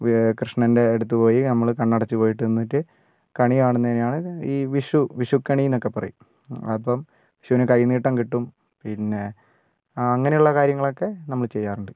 കൃഷ്ണൻ്റെ അടുത്ത് പോയി നമ്മള് കണ്ണടച്ച് പോയിട്ട്നിന്നിട്ട് കണികാണുന്നതിനെയാണ് ഈ വിഷു വിഷുക്കണി എന്നൊക്കെ പറയും അപ്പം വിഷുവിന് കൈനീട്ടം കിട്ടും പിന്നെ അങ്ങനെയുള്ള കാര്യങ്ങളൊക്കെ നമ്മള് ചെയ്യാറുണ്ട്